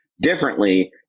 differently